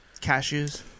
Cashews